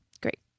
Great